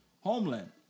homeland